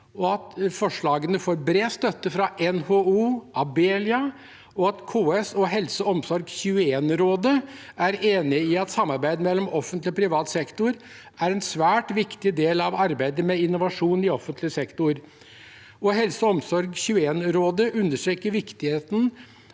at forslagene får bred støtte fra NHO og Abelia, og at KS og HelseOmsorg21-rådet er enig i at samarbeid mellom offentlig og privat sektor er en svært viktig del av arbeidet med innovasjon i offentlig sektor. HelseOmsorg21-rådet understreker viktigheten